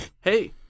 Hey